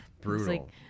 brutal